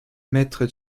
maître